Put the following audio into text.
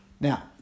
Now